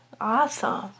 Awesome